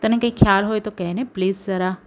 તને કંઈ ખ્યાલ હોય તો કહે ને પ્લીઝ જરા